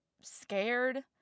scared